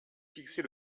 fixer